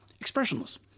Expressionless